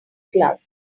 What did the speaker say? gloves